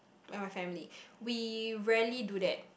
like my family we rarely do that